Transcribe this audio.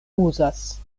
uzas